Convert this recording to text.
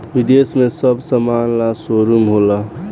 विदेश में सब समान ला शोरूम होला